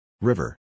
River